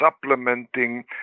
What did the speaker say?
supplementing